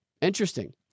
Interesting